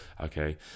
okay